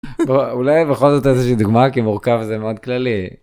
אולי בכל זאת איזה דוגמא כמורכב זה מאוד כללי.